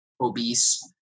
obese